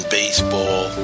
baseball